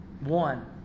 One